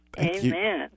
Amen